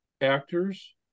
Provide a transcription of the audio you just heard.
actors